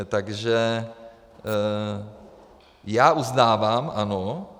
Takže já uznávám, ano...